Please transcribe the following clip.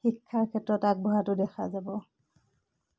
শিক্ষাৰ ক্ষেত্ৰত আগবঢ়াটো দেখা যাব